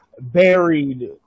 buried